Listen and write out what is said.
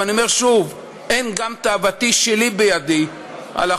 ואני אומר שוב: אין גם תאוותי שלי בידי בחוק.